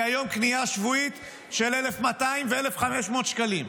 היום קנייה שבועית של 1,200 ו-1,500 שקלים.